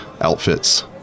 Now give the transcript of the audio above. outfits